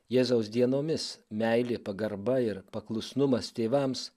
jėzaus dienomis meilė pagarba ir paklusnumas tėvams